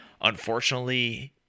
unfortunately